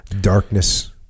Darkness